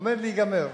עומד להיגמר.